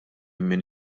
minn